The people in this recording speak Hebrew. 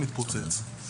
מתפוצץ.